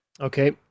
Okay